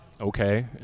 okay